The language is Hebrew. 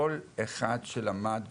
כל אחד שלמד בחו"ל,